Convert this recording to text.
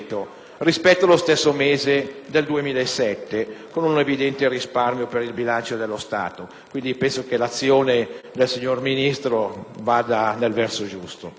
rispetto allo stesso mese del 2007, con un evidente risparmio per il bilancio dello Stato. Quindi penso che l'azione del signor Ministro vada nel verso giusto.